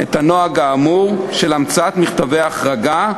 את הנוהג האמור של המצאת מכתבי החרגה,